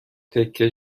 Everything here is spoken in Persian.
تکه